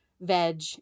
Veg